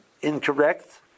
incorrect